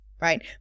right